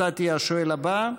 אתה תהיה השואל הבא,